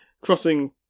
crossing